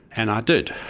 and i did.